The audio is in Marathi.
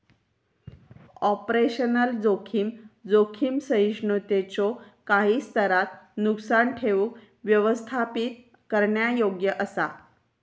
ऑपरेशनल जोखीम, जोखीम सहिष्णुतेच्यो काही स्तरांत नुकसान ठेऊक व्यवस्थापित करण्यायोग्य असा